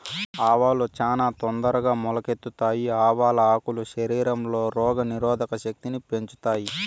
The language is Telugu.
ఆవాలు చానా తొందరగా మొలకెత్తుతాయి, ఆవాల ఆకులు శరీరంలో రోగ నిరోధక శక్తిని పెంచుతాయి